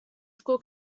school